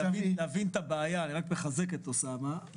אני רוצה לחזק את חבר הכנסת סעדי,